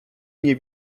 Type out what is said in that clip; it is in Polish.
nie